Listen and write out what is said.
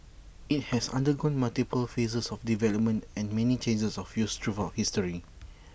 IT has undergone multiple phases of development and many changes of use throughout history